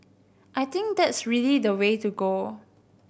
I think that's really the way to go